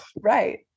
Right